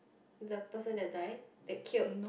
the person that died that killed